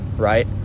right